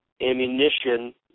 ammunition